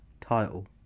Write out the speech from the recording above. title